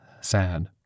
sad